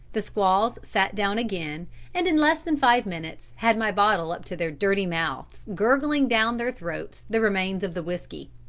the squaws sat down again and in less than five minutes had my bottle up to their dirty mouths, gurgling down their throats the remains of the whiskey.